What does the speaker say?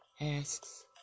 asks